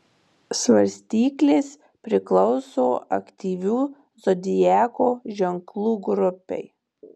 svarstyklės priklauso aktyvių zodiako ženklų grupei